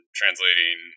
translating